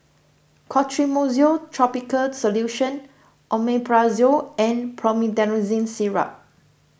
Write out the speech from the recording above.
Clotrimozole Topical Solution Omeprazole and Promethazine Syrup